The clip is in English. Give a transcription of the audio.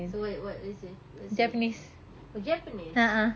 so what what is your what's your choice oh japanese